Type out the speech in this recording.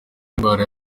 indwara